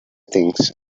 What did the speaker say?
things